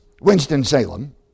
Winston-Salem